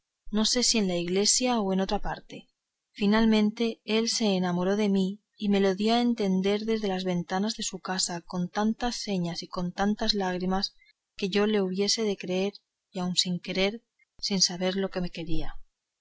ni sé si en la iglesia o en otra parte finalmente él se enamoró de mí y me lo dio a entender desde las ventanas de su casa con tantas señas y con tantas lágrimas que yo le hube de creer y aun querer sin saber lo que me quería